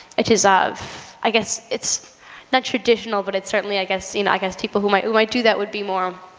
which is of i guess it's not traditional, but it's certainly, i guess, you know, i guess people who might who might do that would be more